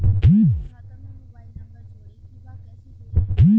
हमारे खाता मे मोबाइल नम्बर जोड़े के बा कैसे जुड़ी?